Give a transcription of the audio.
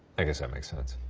i guess that makes sense.